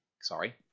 Sorry